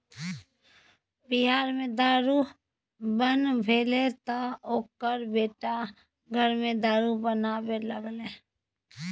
बिहार मे दारू बन्न भेलै तँ ओकर बेटा घरेमे दारू बनाबै लागलै